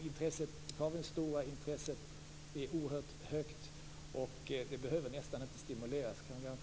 Intresset är oerhört högt och behöver nästan inte stimuleras.